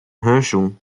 herschel